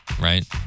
right